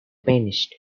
pianist